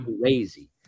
crazy